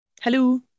Hello